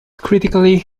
critically